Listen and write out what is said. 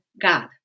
God